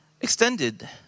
Extended